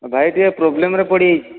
ଭାଇ ଟିକିଏ ପ୍ରୋବ୍ଲେମ୍ରେ ପଡ଼ିଯାଇଛି